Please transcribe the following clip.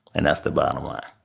and that's the bottom line